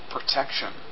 protection